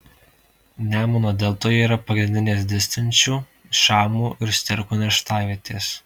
nemuno deltoje yra pagrindinės didstinčių šamų ir sterkų nerštavietės